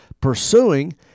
pursuing